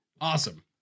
Awesome